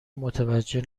متوجه